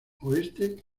oeste